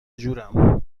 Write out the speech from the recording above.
جورم